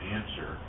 answer